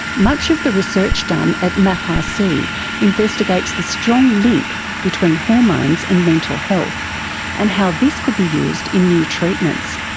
much of the research done at maprc investigates the strong link between hormones and mental health and how this could be used in new treatments.